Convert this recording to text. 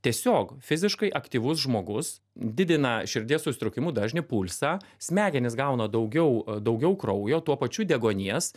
tiesiog fiziškai aktyvus žmogus didina širdies susitraukimų dažnį pulsą smegenys gauna daugiau daugiau kraujo tuo pačiu deguonies